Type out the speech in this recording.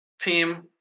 team